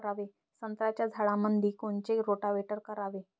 संत्र्याच्या झाडामंदी कोनचे रोटावेटर करावे?